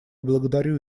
благодарю